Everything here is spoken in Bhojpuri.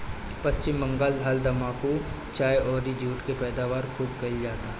पश्चिम बंगाल धान, तम्बाकू, चाय अउरी जुट के पैदावार खूब कईल जाला